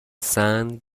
سنگ